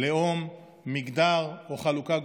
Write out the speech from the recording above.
לאום, מגדר או חלוקה גושית.